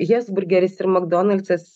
hesburgeris ir makdonaldsas